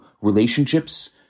relationships